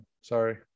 Sorry